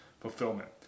fulfillment